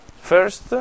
First